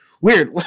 weird